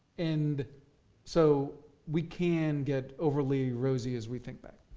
and so we can get overly rosy as we think back.